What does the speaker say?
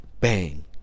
bang